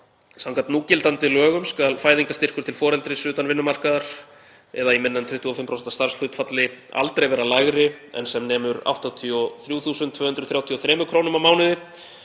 Samkvæmt núgildandi lögum skal fæðingarstyrkur til foreldris utan vinnumarkaðar eða í minna en 25% starfshlutfalli aldrei vera lægri en sem nemur 83.233 kr. á mánuði